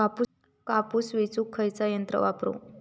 कापूस येचुक खयला यंत्र वापरू?